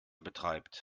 betreibt